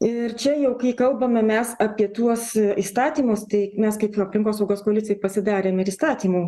ir čia jau kai kalbame mes apie tuos įstatymus tai mes kaip aplinkosaugos koalicijoj pasidarėme ir įstatymų